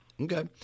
Okay